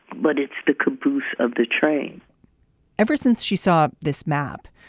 but it's the caboose of the train ever since she saw this map,